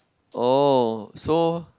oh so